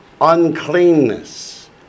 uncleanness